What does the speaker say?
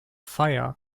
fire